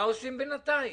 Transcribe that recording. מה עושים בינתיים?